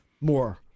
more